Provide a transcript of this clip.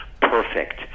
perfect